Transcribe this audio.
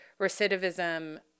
recidivism